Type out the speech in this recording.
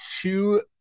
two